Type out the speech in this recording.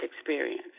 experience